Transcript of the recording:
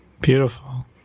beautiful